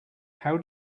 how